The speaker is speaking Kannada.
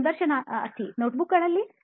ಸಂದರ್ಶನಾರ್ಥಿnotebookಗಳಲ್ಲಿ